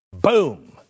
Boom